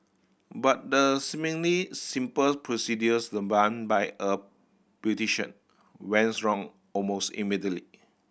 but the seemingly simple procedures by a beautician wrong almost immediately